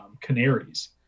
canaries